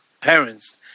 parents